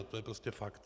To je prostě fakt.